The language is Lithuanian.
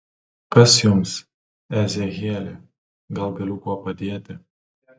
kas jums ezechieli gal galiu kuo padėti